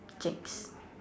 jigs